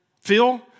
Phil